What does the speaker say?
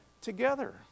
together